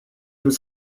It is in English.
was